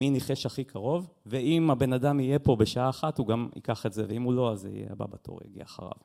מי ניחש הכי קרוב ואם הבן אדם יהיה פה בשעה אחת הוא גם ייקח את זה ואם הוא לא אז יהיה הבא בתור יגיע אחריו